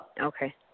Okay